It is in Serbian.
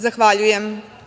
Zahvaljujem.